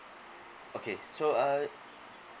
okay so uh